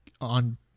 on